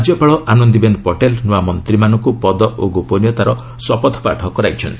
ରାଜ୍ୟପାଳ ଆନନ୍ଦିବେନ୍ ପଟେଲ୍ ନୂଆ ମନ୍ତ୍ରୀମାନଙ୍କୁ ପଦ ଓ ଗୋପନୀୟତାର ଶପଥପାଠ କରାଇଛନ୍ତି